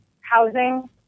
housing